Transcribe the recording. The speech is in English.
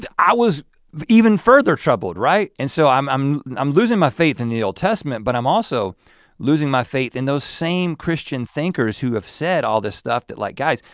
i was even further troubled, right? and so i'm i'm i'm losing my faith in the old testament but i'm also losing my faith in those same christian thinkers who have said all this stuff that like guys,